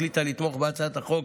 החליטה לתמוך בהצעת החוק